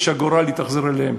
שהגורל התאכזר אליהם?